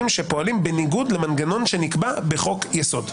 שפועלים בניגוד למנגנון שנקבע בחוק יסוד,